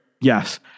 Yes